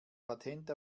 patent